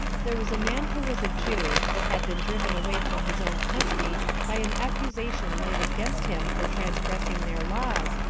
there was a man who was a jew, but had been driven away from his own country by an accusation laid against him for transgressing their laws,